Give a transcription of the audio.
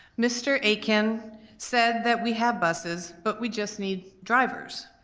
mr. akin said that we have buses but we just need drivers.